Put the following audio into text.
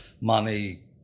money